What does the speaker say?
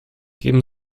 geben